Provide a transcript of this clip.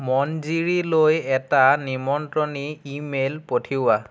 মঞ্জিৰীলৈ এটা নিমন্ত্ৰণী email পঠিওৱা